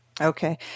Okay